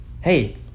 Hey